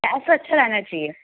taste अच्छा रहना चाहिए